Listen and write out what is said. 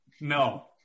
No